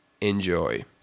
enjoy